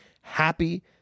happy